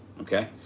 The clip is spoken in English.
okay